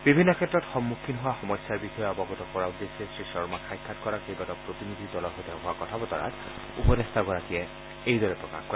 বিভিন্ন ক্ষেত্ৰত সন্মুখীন হোৱা সমস্যাৰ বিষয়ে অৱগত কৰোৱাৰ উদ্দেশ্যে শ্ৰীশৰ্মক সাক্ষাৎ কৰা কেইবাটাও প্ৰতিনিধি দলৰ সৈতে হোৱা কথা বতৰাত উপদেষ্টাগৰাকীয়ে এইদৰে প্ৰকাশ কৰে